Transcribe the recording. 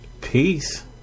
Peace